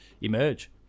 emerge